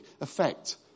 effect